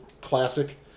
classic